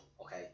okay